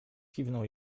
kiwnął